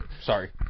Sorry